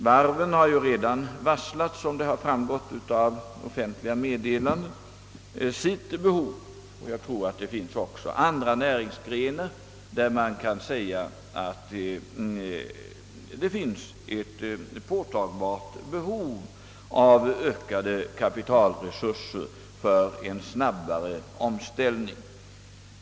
Varven har som framgått av offentliga meddelanden redan varslat om sitt behov, och jag tror att det också finns andra näringsgrenar, om vilka det kan sägas att det föreligger ett påtagbart behov av ökade kapitalresurser för en snabbare omställning.